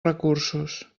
recursos